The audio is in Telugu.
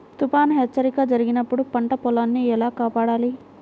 తుఫాను హెచ్చరిక జరిపినప్పుడు పంట పొలాన్ని ఎలా కాపాడాలి?